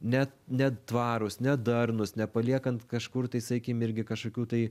ne netvarūs nedarnūs nepaliekant kažkur tai sakykim irgi kažkokių tai